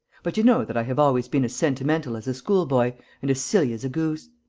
but you know that i have always been as sentimental as a schoolboy and as silly as a goose.